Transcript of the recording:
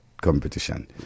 competition